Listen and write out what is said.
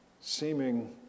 seeming